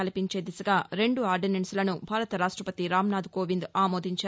కల్పించే దిశగా రెండు ఆర్దినెస్స్లను భారత రాష్టపతి రామ్నాథ్ కోవింద్ ఆమోదించారు